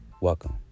Welcome